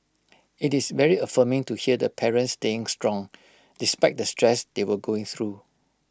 IT is very affirming to hear the parents staying strong despite the stress they were going through